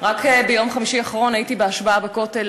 רק ביום חמישי האחרון הייתי בהשבעה בכותל,